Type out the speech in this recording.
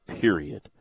period